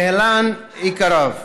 להלן עיקריו: